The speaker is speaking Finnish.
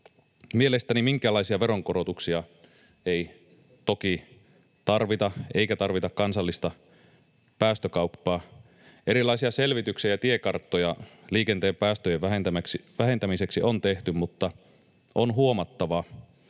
Mielestäni minkäänlaisia veronkorotuksia ei toki tarvita, eikä tarvita kansallista päästökauppaa. Erilaisia selvityksiä ja tiekarttoja liikenteen päästöjen vähentämiseksi on tehty, mutta on huomattava,